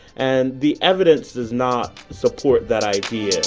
and the evidence does not support that idea